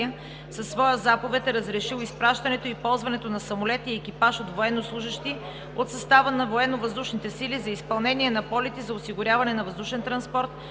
със своя заповед е разрешил изпращането и ползването на самолети и екипаж от военнослужещи от състава на Военновъздушните сили за изпълнение на полети за осигуряване на въздушен транспорт